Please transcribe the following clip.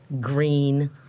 Green